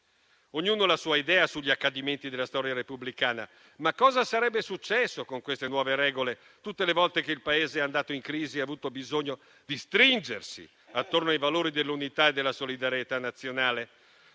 Ognuno ha la sua idea sugli accadimenti della storia repubblicana, ma cosa sarebbe successo con queste nuove regole tutte le volte che il Paese è andato in crisi e ha avuto bisogno di stringersi attorno ai valori dell'unità e della solidarietà nazionale?